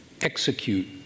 execute